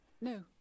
no